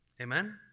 Amen